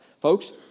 Folks